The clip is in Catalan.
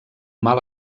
mal